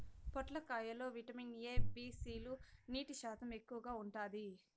పొట్లకాయ లో vitamin A, B, C లు, నీటి శాతం ఎక్కువగా ఉంటాది